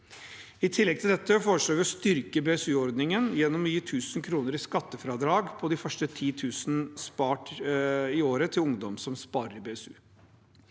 I tillegg til dette foreslår vi å styrke BSU-ordningen gjennom å gi 1 000 kr i skattefradrag på de første 10 000 sparte kroner i året til ungdom som sparer i BSU.